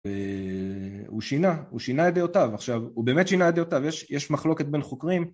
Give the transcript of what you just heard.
הוא שינה, הוא שינה את דיעותיו עכשיו, הוא באמת שינה את דיעותיו, יש מחלוקת בין חוקרים